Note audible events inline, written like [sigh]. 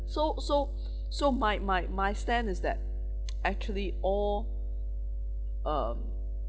so so [breath] so my my my stand is that [noise] actually all um